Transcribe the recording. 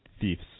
thieves